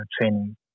training